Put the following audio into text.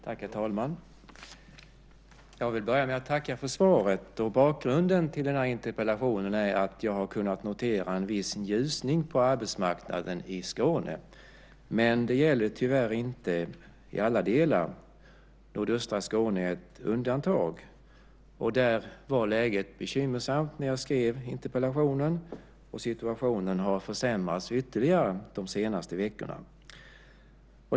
Herr talman! Jag vill börja med att tacka för svaret. Bakgrunden till interpellationen är att jag har noterat en viss ljusning på arbetsmarknaden i Skåne, men det gäller tyvärr inte i alla delar. Nordöstra Skåne är ett undantag. Där var läget bekymmersamt när jag skrev interpellationen, och situationen har försämrats ytterligare de senaste veckorna.